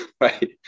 right